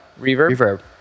reverb